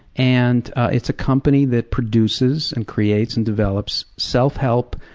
and it's a company that produces and creates and develops self-help,